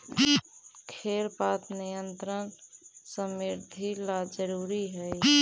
खेर पात नियंत्रण समृद्धि ला जरूरी हई